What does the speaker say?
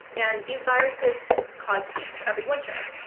and these viruses cause peaks every winter.